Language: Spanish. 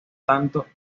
tanto